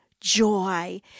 joy